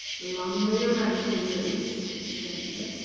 longer your majesty lives, said the stranger,